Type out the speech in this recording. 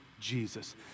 Jesus